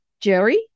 Jerry